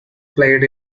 played